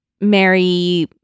Mary